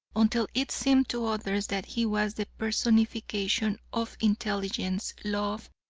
until it seemed to others that he was the personification of intelligence, love,